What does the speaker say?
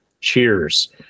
Cheers